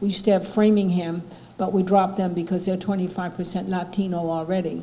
we should have framingham but we drop them because they're twenty five percent latino already